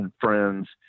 friends